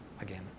again